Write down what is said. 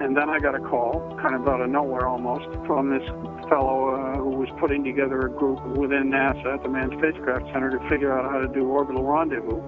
and then i got a call kind of out of nowhere almost from this fellow who was putting together a group within nasa at the manned spacecraft center to figure out how to do orbital rendezvous